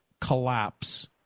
collapse